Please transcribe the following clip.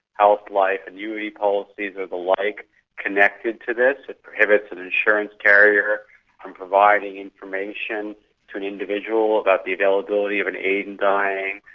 health, life, annuity policies and ah the like connected to this. it prohibits an insurance carrier from providing information to an individual about the availability of an aid in dying,